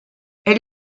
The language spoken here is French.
elle